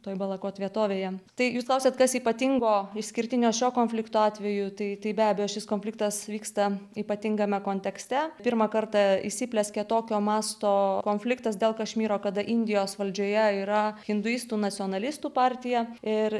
toj balakot vietovėje tai jūs klausiat kas ypatingo išskirtinio šio konflikto atveju tai be abejo šis konfliktas vyksta ypatingame kontekste pirmą kartą įsiplieskė tokio mąsto konfliktas dėl kašmyro kada indijos valdžioje yra hinduistų nacionalistų partija ir